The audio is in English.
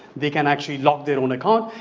they can actually lock their own account.